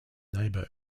neighbour